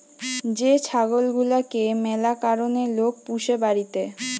যে ছাগল গুলাকে ম্যালা কারণে লোক পুষে বাড়িতে